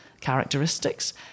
characteristics